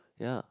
yeah